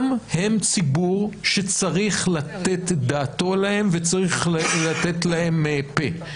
גם הם ציבור שצריך לתת את דעתנו עליהם וצריך לתת להם פה.